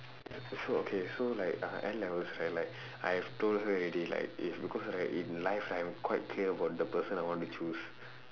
so okay so like her N levels right like I have told her already like if because right in life right I am quite clear about the person I want to choose